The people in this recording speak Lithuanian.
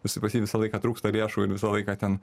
visi pas jį visą laiką trūksta lėšų ir visą laiką ten